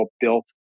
built